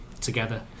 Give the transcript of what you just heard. together